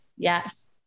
Yes